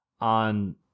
on